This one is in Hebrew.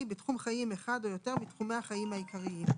בתחום חיים אחד או יותר מתחומי החיים העיקריים".